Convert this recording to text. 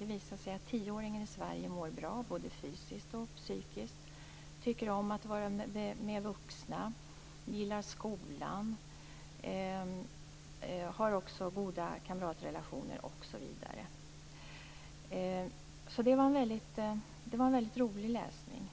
Det visar sig att tioåringen i Sverige mår bra både fysiskt och psykiskt, tycker om att vara med vuxna, gillar skolan, har goda kamratrelationer osv. Den här rapporten var det alltså väldigt roligt att läsa.